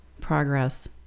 progress